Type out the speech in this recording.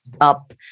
up